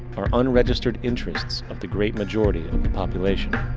are unregistered interests of the great majority of the population.